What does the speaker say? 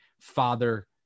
father